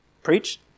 Preach